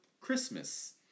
Christmas